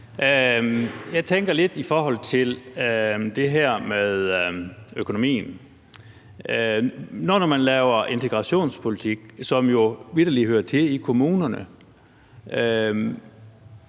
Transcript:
Jeg tænker lidt på det her med økonomien. Nu når man laver integrationspolitik, som jo vitterlig hører til i kommunerne,